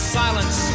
silence